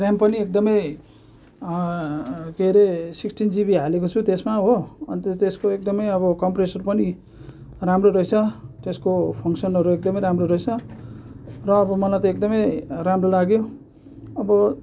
RAM पनि एकदमै के अरे सिक्सिटिन जिबी हालेको छु त्यसमा हो अन्त त्यसको एकदमै अब कम्प्रेसर पनि राम्रो रहेछ त्यसको फङ्सनहरू एकदमै राम्रो रहेछ र अब मलाई त एकदमै राम्रो लाग्यो अब